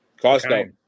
Costco